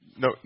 No